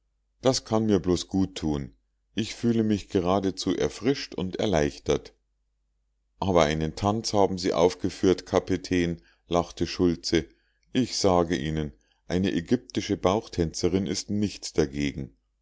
das kann mir bloß gut tun ich fühle mich geradezu erfrischt und erleichtert aber einen tanz haben sie aufgeführt kapitän lachte schultze ich sage ihnen eine ägyptische bauchtänzerin ist nichts dagegen